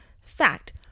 Fact